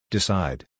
Decide